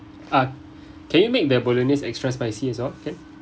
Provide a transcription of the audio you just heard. um can you make the bolognese extra spicy as well can